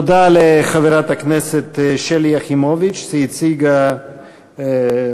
תודה לחברת הכנסת שלי יחימוביץ, שהציגה